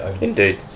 Indeed